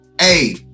hey